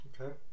okay